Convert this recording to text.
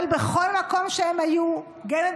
אבל בכל מקום שהם היו בו,